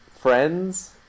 friends